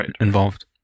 involved